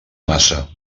maça